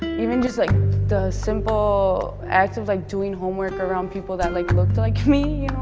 even just like the simple act of like doing homework around people that like looked like me,